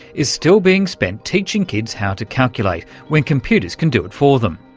is still being spent teaching kids how to calculate, when computers can do it for them.